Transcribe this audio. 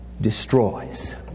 destroys